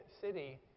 city